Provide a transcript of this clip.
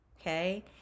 okay